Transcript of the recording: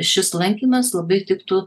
šis lankymas labai tiktų